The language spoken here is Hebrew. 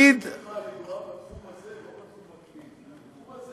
ידיעתך ידועה בתחום הזה, לא בתחום הקליני.